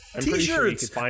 t-shirts